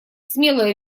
смелая